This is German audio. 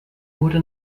wurde